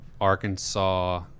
arkansas